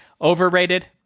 Overrated